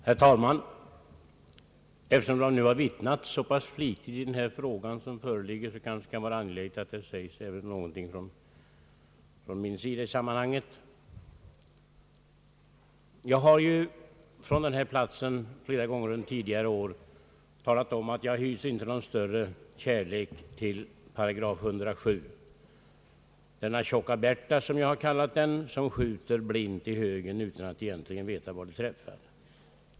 Herr talman! Sedan det nu vittnats så flitigt i den fråga, som föreligger, kan det vara angeläget att det säges något från min sida i detta sammanhang. Jag har från denna plats flera gånger under tidigare år talat om att jag inte hyser någon större kärlek till § 107. Denna »Tjocka Bertha» skjuter mitt i högen utan att egentligen veta var det träffar.